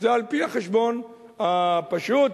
זה על-פי החשבון הפשוט,